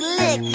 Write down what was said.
lick